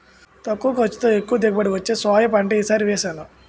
తక్కువ ఖర్చుతో, ఎక్కువ దిగుబడి వచ్చే సోయా పంట ఈ సారి వేసాను